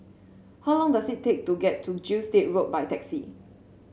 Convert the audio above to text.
how long does it take to get to Gilstead Road by taxi